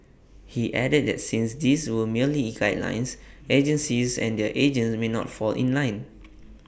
he added that since these were merely guidelines agencies and their agents may not fall in line